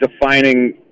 defining